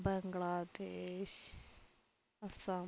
Bangladesh Assam